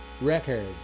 record